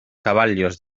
caballos